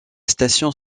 station